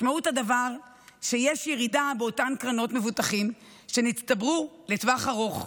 משמעות הדבר היא שיש ירידה באותן קרנות מבוטחים שנצברו לטווח ארוך.